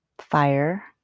fire